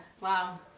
Wow